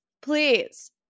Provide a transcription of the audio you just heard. please